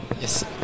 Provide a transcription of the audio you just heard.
Yes